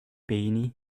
pehini